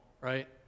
right